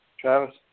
Travis